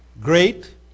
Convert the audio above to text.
Great